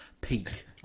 peak